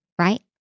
Right